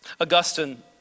Augustine